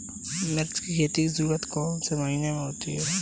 मिर्च की खेती की शुरूआत कौन से महीने में होती है?